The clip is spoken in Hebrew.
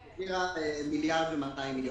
היא העבירה 1.2 מיליארד שקל.